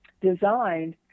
designed